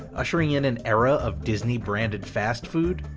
ushering in an era of disney branded fast food?